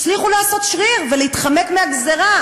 הצליחו לעשות שריר ולהתחמק מהגזירה.